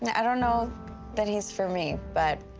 and i don't know that he's for me, but.